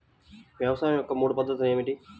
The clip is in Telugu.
వ్యవసాయం యొక్క మూడు పద్ధతులు ఏమిటి?